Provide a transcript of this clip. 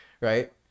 Right